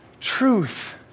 truth